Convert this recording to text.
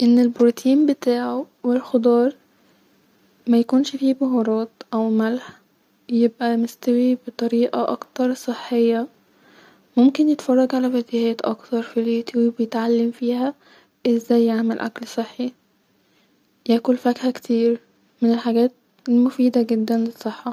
ان البروتين بتاعو والخضار-ميكونش فيه بهارات او ملح-يبقي مستي بطريقه اكتر صحيه-ممكن يتفرح علي فيديوهات اكتر علي اليوتيوب-ويتعلم فيها ازاي يعمل اكل صحي-ياكل فكهه كتير من الحاجات المفيده جدا للصحه